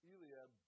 Eliab